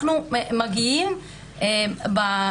אנחנו מגיעים ב-